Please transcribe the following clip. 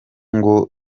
ngo